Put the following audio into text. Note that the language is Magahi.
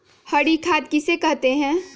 हरी खाद किसे कहते हैं?